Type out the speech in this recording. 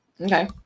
Okay